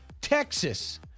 Texas